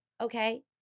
Okay